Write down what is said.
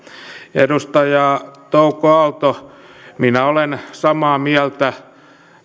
edustaja touko aalto minä olen samaa mieltä